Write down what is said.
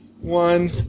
One